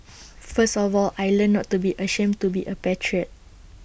first of all I learnt not to be ashamed to be A patriot